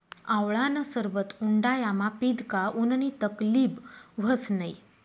आवळानं सरबत उंडायामा पीदं का उननी तकलीब व्हस नै